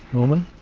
norman.